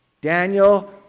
Daniel